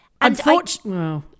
Unfortunately